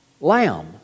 Lamb